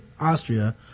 Austria